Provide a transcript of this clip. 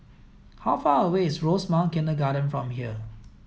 how far away is Rosemount Kindergarten from here